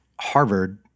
Harvard